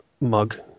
mug